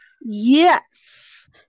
Yes